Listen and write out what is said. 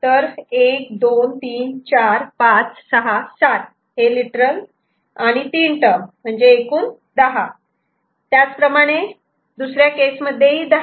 तर 1 2 3 4 5 6 7 हे लिटरल आणि 3 टर्म म्हणजेच एकूण 10 त्याचप्रमाणे ही दुसऱ्या केसमध्ये ही 10